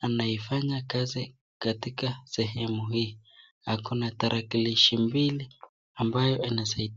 anaifanya kazi katika sehemu hii, ako na tarakilishi mbili ambayo ina saidia.